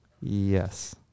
Yes